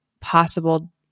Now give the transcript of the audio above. possible